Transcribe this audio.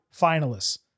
finalists